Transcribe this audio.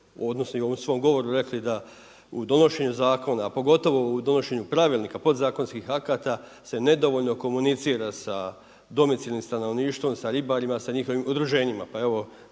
odnosima u svom govoru rekli da u donošenju zakona a pogotovo u donošenju pravilnika, podzakonskih akata se nedovoljno komunicira sa domicilnim stanovništvom, sa ribarima, sa njihovim udruženjima,